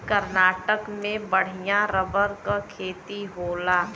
कर्नाटक में बढ़िया रबर क खेती होला